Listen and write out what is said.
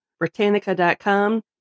Britannica.com